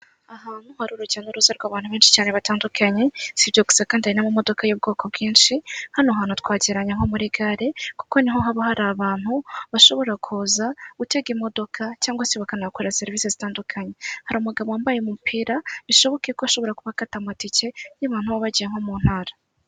Ahantu hari urugendo n'uruza rw'abantu benshi cyane batandukanye, si ibyo gusa kandi hari n'amamodoka y'ubwoko bwinshi, hano hantu twahagereranya nko muri gare kuko ni ho haba hari abantu bashobora kuza gutega imodoka, cyangwa se bakanahakora serivisi zitandukanye, hari umugabo wambaye umupira, bishoboke ko ashobora kuba akata amatike y'abantu baba bagiye nko mu ntara.